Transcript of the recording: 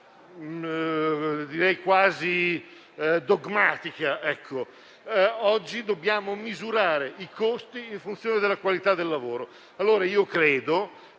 direi quasi dogmatica. Oggi dobbiamo misurare i costi in funzione della qualità del lavoro. Ritengo che